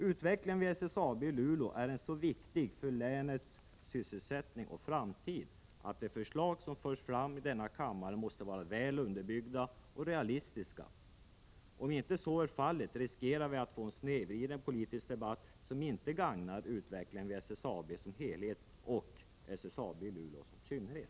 Utvecklingen vid SSAB i Luleå är så viktig för länets sysselsättning och framtid att de förslag som förs fram i denna kammare måste vara väl underbyggda och realistiska. Om så inte är fallet, riskerar vi att få en snedvriden politisk debatt, som inte gagnar vare sig utvecklingen vid SSAB som helhet eller SSAB i Luleå.